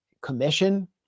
commission